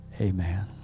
amen